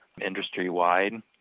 industry-wide